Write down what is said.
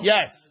Yes